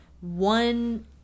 one